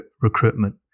recruitment